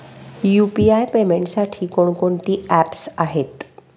UPI पेमेंटसाठी कोणकोणती apps आहेत?